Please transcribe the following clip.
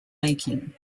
making